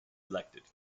elected